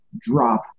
drop